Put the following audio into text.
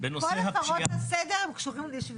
כל הפרות הסדר קשורות לאי שוויון?